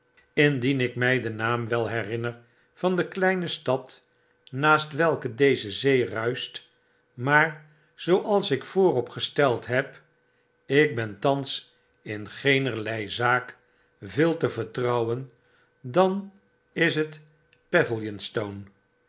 indien ik mij den naam wel herinner van de kleine stad naast welke deze zee ruischt maar zooals ik voorop gesteld heb ik ben thans in geenerlei zaak veel te vertrouwen dan is het